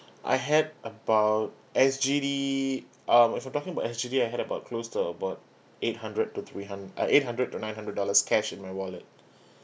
I had about S_G_D um if you're talking about S_G_D I had about close to about eight hundred to three hun~ uh eight hundred to nine hundred dollars cash in my wallet